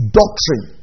doctrine